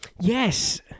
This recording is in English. Yes